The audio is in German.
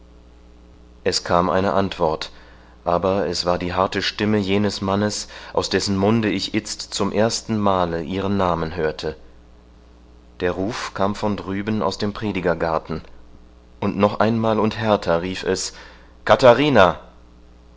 es kam eine antwort aber es war die harte stimme jenes mannes aus dessen munde ich itzt zum ersten male ihren namen hörte der ruf kam von drüben aus dem predigergarten und noch einmal und härter rief es katharina